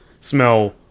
smell